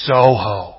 Soho